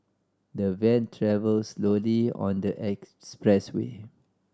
the van travelled slowly on the expressway